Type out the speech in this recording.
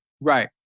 Right